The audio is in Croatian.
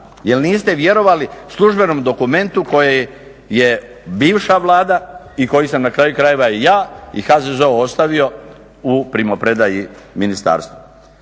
jer niste vjerovali službenom dokumentu koji je bivša Vlada i koji sam na kraju krajeva i ja i HZZO ostavio u primopredaji ministarstvu.